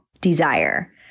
desire